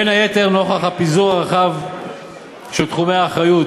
בין היתר נוכח הפיזור הרחב של תחומי האחריות